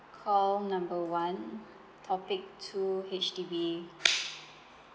call number one topic two H_D_B